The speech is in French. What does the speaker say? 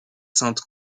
sainte